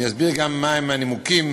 אני אסביר גם מהם הנימוקים,